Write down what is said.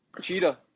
Cheetah